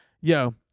Yo